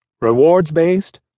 rewards-based